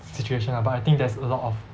situation ah but I think there's a lot of